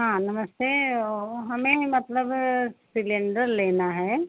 हाँ नमस्ते ओ हमें न मतलब सिलेण्डर लेना है